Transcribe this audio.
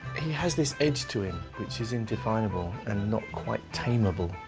he has this edge to him, which is indefinable and not quite tameable.